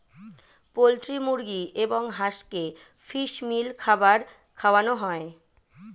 poultry মুরগি এবং হাঁসকে ফিশ মিল খাবার খাওয়ানো হয়